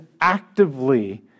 actively